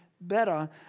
better